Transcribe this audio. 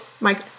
Mike